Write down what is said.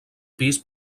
pis